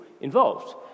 involved